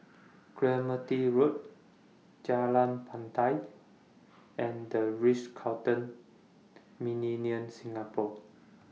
Clementi Road Jalan Batai and The Ritz Carlton Millenia Singapore